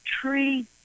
tree